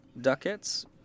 ducats